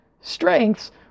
strengths